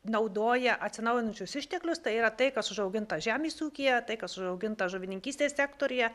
naudoja atsinaujinančius išteklius tai yra tai kas užauginta žemės ūkyje tai kas užauginta žuvininkystės sektoriuje